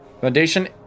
Foundation